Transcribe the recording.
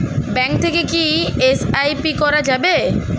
Bank থেকে কী SIP করা যাবে?